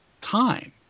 time